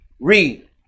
Read